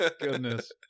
Goodness